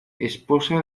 esposa